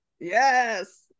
yes